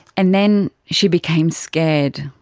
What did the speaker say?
and then she became scared.